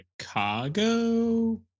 Chicago